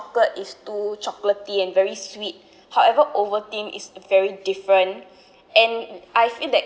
chocolate is too chocolatey and very sweet however Ovaltine is very different and I feel that